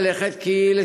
כי,